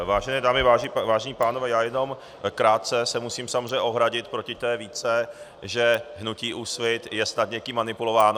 Vážené dámy, vážení pánové, já jenom krátce se musím samozřejmě ohradit proti té výtce, že hnutí Úsvit je snad někým manipulováno.